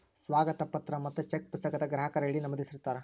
ಸ್ವಾಗತ ಪತ್ರ ಮತ್ತ ಚೆಕ್ ಪುಸ್ತಕದಾಗ ಗ್ರಾಹಕರ ಐ.ಡಿ ನಮೂದಿಸಿರ್ತಾರ